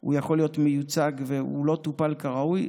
הוא יכול להיות מיוצג והוא לא טופל כראוי,